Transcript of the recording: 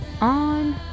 on